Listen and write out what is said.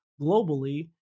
globally